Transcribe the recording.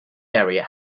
area